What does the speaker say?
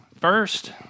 first